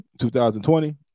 2020